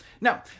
Now